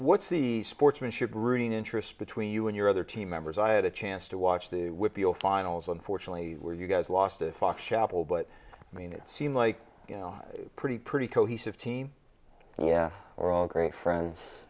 what's the sportsmanship rooting interest between you and your other team members i had a chance to watch the whip your finals unfortunately where you guys lost to fox chapel but i mean it seemed like you know pretty pretty cohesive team and yeah or all great friends